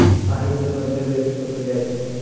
पहाड़ी क्षेत्र मे भेंड़ बेसी पोसल जाइत छै